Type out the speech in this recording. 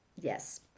yes